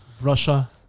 Russia